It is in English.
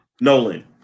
Nolan